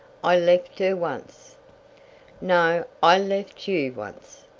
i left her once no, i left you once,